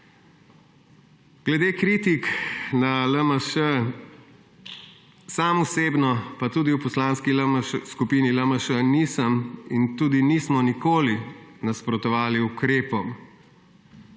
Glede kritik na LMŠ. Sam osebno pa tudi v Poslanski skupini LMŠ nisem in nismo nikoli nasprotovali ukrepom,